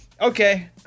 Okay